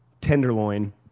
Tenderloin